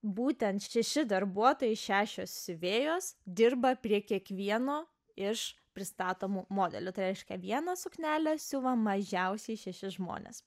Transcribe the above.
būtent šeši darbuotojai šešios siuvėjos dirba prie kiekvieno iš pristatomų modelių tai reiškia vieną suknelę siuva mažiausiai šeši žmonės